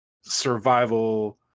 survival